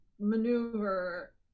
maneuver